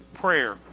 prayer